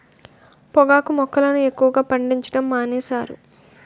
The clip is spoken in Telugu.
పొగాకు మొక్కలను ఎక్కువగా పండించడం మానేశారు